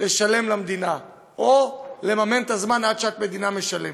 לשלם למדינה או לממן את הזמן עד שהמדינה משלמת.